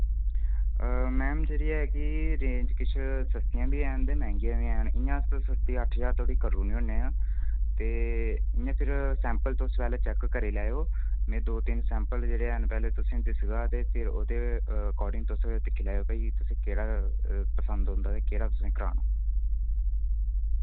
ma'am जेह्ड़ी ऐ कि रेंज किश सस्तियां बी हैन ते मैह्गियां बी हैन इयां अस सस्ती अट्ठ ज्हार धोड़ी करूने होन्ने आं ते मैं फिर सैंपल तुस पैह्ले चैक करी लैयो मैं दो तिन सैंपल जेह्ड़े हैन पैह्ले तुसें दस्सगा ते फिर ओह्दे अकार्डिंग तुस दिक्खी लैयो भाई तुसें केह्ड़ा पसंद औंदा ते केह्ड़ा तुसैं कराना